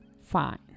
fine